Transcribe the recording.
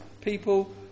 people